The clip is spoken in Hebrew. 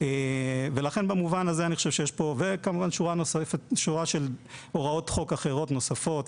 ובשורה של הוראות חוק אחרות נוספות,